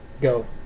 go